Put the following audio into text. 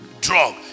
drug